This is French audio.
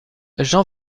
jean